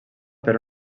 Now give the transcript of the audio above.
per